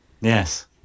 Yes